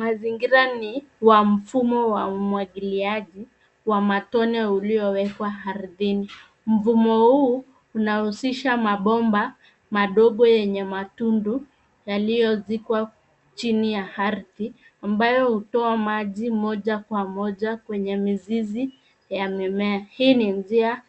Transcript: Mazingira ni wa mfumo wa umwagiliaji wa matone uliowekwa ardhini. Mfumo huu unaohusisha mabomba madogo yenye matundu yaliyozikwa chini ya ardhi ambayo hutoa maji moja kwa moja kwenye mizizi ya mimea. Hii ni njia